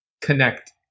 connect